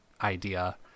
idea